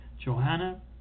Johanna